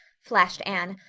flashed anne,